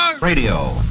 Radio